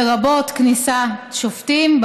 לרבות כניסת שופטים,